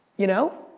you know?